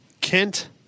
Kent